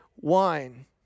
wine